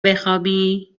بخوابی